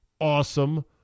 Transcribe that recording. awesome